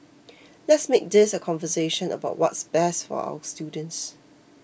let's make this a conversation about what's best for our students